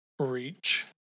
Reach